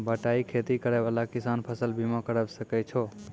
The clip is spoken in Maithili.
बटाई खेती करै वाला किसान फ़सल बीमा करबै सकै छौ?